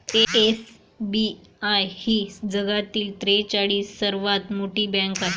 SBI ही जगातील त्रेचाळीस सर्वात मोठी बँक आहे